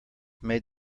made